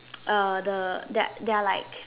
uh the their their are like